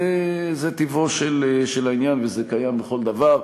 זה טבעו של העניין, וזה קיים בכל דבר.